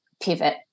pivot